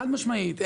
חד-משמעית.